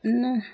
न